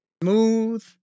Smooth